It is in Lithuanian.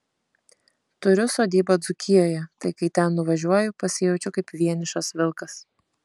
turiu sodybą dzūkijoje tai kai ten nuvažiuoju pasijaučiu kaip vienišas vilkas